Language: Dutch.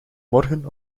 morgen